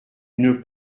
une